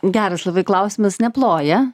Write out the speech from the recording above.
geras klausimas neploja